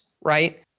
right